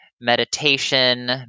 meditation